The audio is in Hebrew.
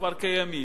כבר קיימים,